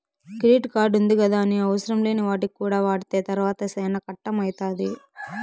credit కార్డుంది గదాని అవసరంలేని వాటికి కూడా వాడితే తర్వాత సేనా కట్టం అయితాది